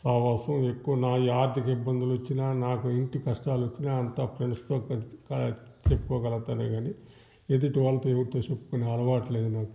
సావాసం ఎక్కువ నా ఆర్థిక ఇబ్బందులొచ్చినా ఇంటికి కష్టాలొచ్చినా అంతా ఫ్రెండ్స్తో కలిసి క చెప్పుకోగలుగుతానే కానీ ఎదుటి వాళ్ళతో ఎవరితో చెప్పుకొనే అలవాటు లేదు నాకు